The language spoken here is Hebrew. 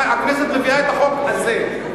הכנסת מביאה את החוק הזה.